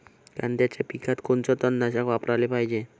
कांद्याच्या पिकात कोनचं तननाशक वापराले पायजे?